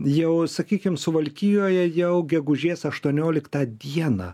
jau sakykim suvalkijoje jau gegužės aštuonioliktą dieną